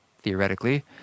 theoretically